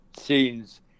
scenes